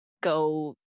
go